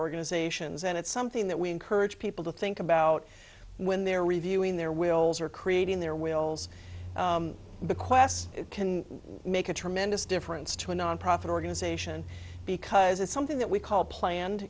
organizations and it's something that we encourage people to think about when they're reviewing their wills or creating their wills bequests can make a tremendous difference to a nonprofit organization because it's something that we call planned